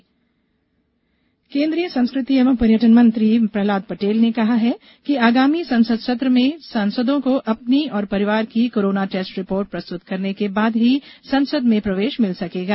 प्रहलाद पटेल संसद केन्द्रीय संस्कृति एवं पर्यटन मंत्री प्रहलाद पटेल ने कहा है कि आगामी संसद सत्र में सांसदों को अपनी और परिवार की कोरोना टेस्ट रिपोर्ट प्रस्तुत करने के बाद ही संसद में प्रवेश मिल सकेगा